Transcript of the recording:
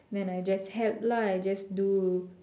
then I just help lah I just do